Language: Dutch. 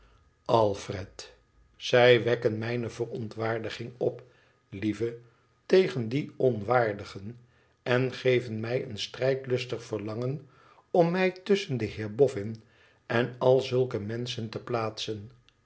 alfred zij wekken mijne verontwaardiging op lieve tegen die onwaardigen en geven mij een strijdlustig verlangen om mij tusschen den heer boffin en al zulke menschen te plaatsen